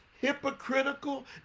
hypocritical